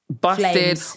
busted